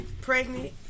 pregnant